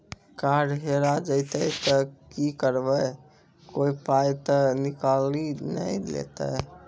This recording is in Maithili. कार्ड हेरा जइतै तऽ की करवै, कोय पाय तऽ निकालि नै लेतै?